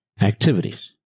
activities